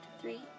three